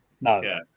No